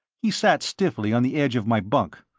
he sat stiffly on the edge of my bunk.